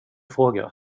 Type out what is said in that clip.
fråga